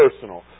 personal